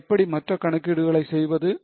எனவே எப்படி மற்ற கணக்கீடுகளை செய்வது